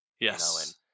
Yes